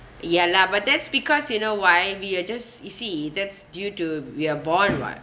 ya lah but that's because you know why we are just you see that's due to we are born [what]